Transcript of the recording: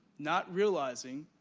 not realizing,